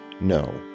No